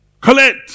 collect